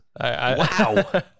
Wow